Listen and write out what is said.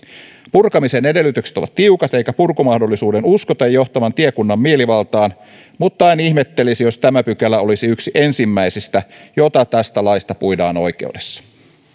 purkamisen edellytykset ovat tiukat eikä purkumahdollisuuden uskota johtavan tiekunnan mielivaltaan mutta en ihmettelisi jos tämä pykälä olisi yksi ensimmäisistä joita tästä laista puidaan oikeudessa